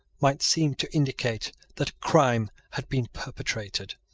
might seem to indicate that a crime had been perpetrated.